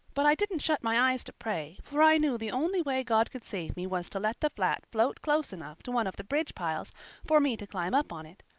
but i didn't shut my eyes to pray, for i knew the only way god could save me was to let the flat float close enough to one of the bridge piles for me to climb up on it.